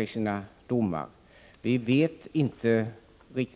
i sina domar markera att man ser allvarligt på dessa brott.